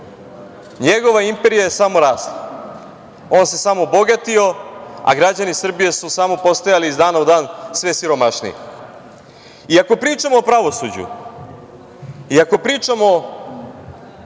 njegova imperija je samo rasla. On se samo bogatio, a građani Srbije su samo postojali iz dana u dan sve siromašniji. Ako pričamo o pravosuđu i ako pričamo o